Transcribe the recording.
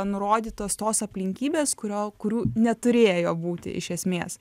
nurodytos tos aplinkybės kurio kurių neturėjo būti iš esmės